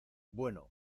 bueno